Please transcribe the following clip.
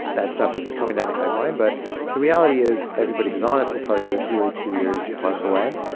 that stuff is coming down the pipeline. but the reality is everybody who's honest will tell you it's really two years plus away.